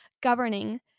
governing